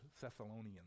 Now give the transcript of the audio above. Thessalonians